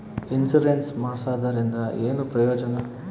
Insurance ಮಾಡ್ಸೋದರಿಂದ ಏನು ಪ್ರಯೋಜನ?